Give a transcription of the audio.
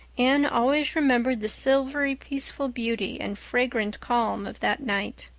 anne always remembered the silvery, peaceful beauty and fragrant calm of that night.